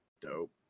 Dope